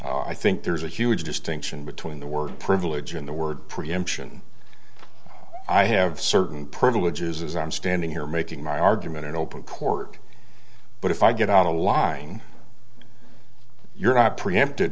fraud i think there's a huge distinction between the word privilege and the word preemption i have certain privileges as i'm standing here making my argument in open court but if i get outta line you're not preempted